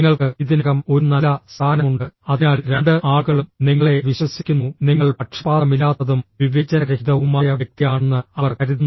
നിങ്ങൾക്ക് ഇതിനകം ഒരു നല്ല സ്ഥാനമുണ്ട് അതിനാൽ രണ്ട് ആളുകളും നിങ്ങളെ വിശ്വസിക്കുന്നു നിങ്ങൾ പക്ഷപാതമില്ലാത്തതും വിവേചനരഹിതവുമായ വ്യക്തിയാണെന്ന് അവർ കരുതുന്നു